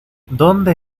dónde